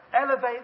Elevate